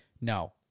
no